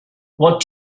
what